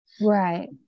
right